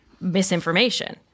misinformation